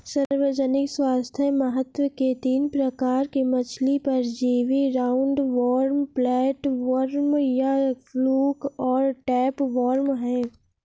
सार्वजनिक स्वास्थ्य महत्व के तीन प्रकार के मछली परजीवी राउंडवॉर्म, फ्लैटवर्म या फ्लूक और टैपवार्म है